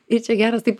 ir čia geras taip